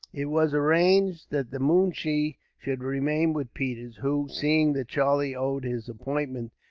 it was arranged that the moonshee should remain with peters, who, seeing that charlie owed his appointment,